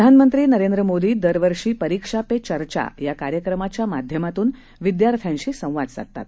प्रधानमंत्री नरेंद्र मोदी दरवर्षी परीक्षा पे चर्चा या कार्यक्रमाच्या माध्यमांतून विद्यार्थ्याशी संवाद साधतात